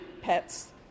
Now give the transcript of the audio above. pets